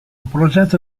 progetto